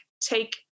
take